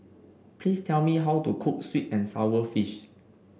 please tell me how to cook sweet and sour fish